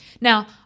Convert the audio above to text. Now